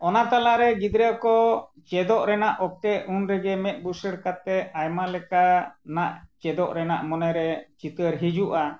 ᱚᱱᱟ ᱛᱟᱞᱟᱨᱮ ᱜᱤᱫᱽᱨᱟᱹ ᱠᱚ ᱪᱮᱫᱚᱜ ᱨᱮᱱᱟᱜ ᱚᱠᱛᱚ ᱩᱱ ᱨᱮᱜᱮ ᱢᱮᱫ ᱵᱩᱥᱟᱹᱲ ᱠᱟᱛᱮᱫ ᱟᱭᱢᱟ ᱞᱮᱠᱟᱱᱟᱜ ᱪᱮᱫᱚᱜ ᱨᱮᱱᱟᱜ ᱢᱚᱱᱮᱨᱮ ᱪᱤᱛᱟᱹᱨ ᱦᱤᱡᱩᱜᱼᱟ